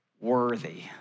worthy